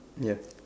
ya